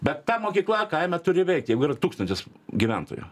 bet ta mokykla kaime turi veikt jeigu yra tūkstantis gyventojų